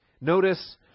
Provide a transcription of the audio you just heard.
Notice